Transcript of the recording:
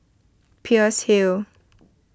Peirce Hill